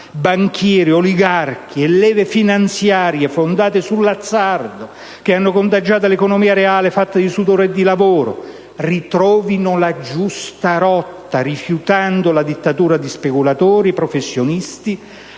banchieri, oligarchi e leve finanziarie fondate sull'azzardo, che hanno contagiato l'economia reale fatta di sudore e lavoro, ritrovino la giusta rotta, rifiutando la dittatura di speculatori professionisti